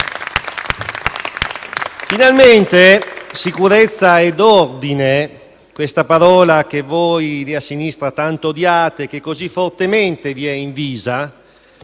Finalmente sicurezza e ordine. Questa parola che voi lì a sinistra tanto odiate e che vi è così fortemente invisa,